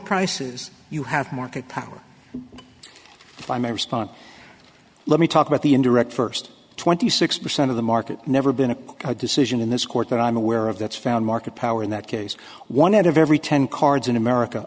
prices you have market power if i may respond let me talk about the indirect first twenty six percent of the market never been a decision in this court that i'm aware of that's found market power in that case one out of every ten cards in america